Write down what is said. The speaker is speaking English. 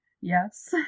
Yes